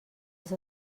els